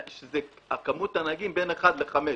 שלמעלה כמות הנהגים בין 1 ל-5.